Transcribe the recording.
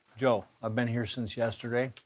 joe, i've been here since yesterday.